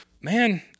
Man